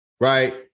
right